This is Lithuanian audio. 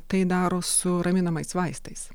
tai daro su raminamais vaistais